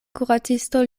kuracisto